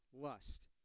lust